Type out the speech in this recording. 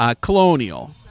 Colonial